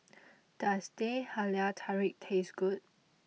does Teh Halia Tarik taste good